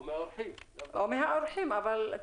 או מהאורחים, לאו דווקא מהמשרדים.